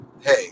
hey